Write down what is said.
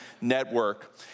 Network